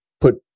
put